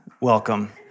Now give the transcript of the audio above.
welcome